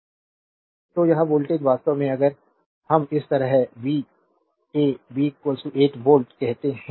slide time देखें 2425 तो यह वोल्टेज वास्तव में अगर हम इस तरह वी ए बी 8 वोल्ट कहते हैं